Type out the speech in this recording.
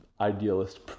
idealist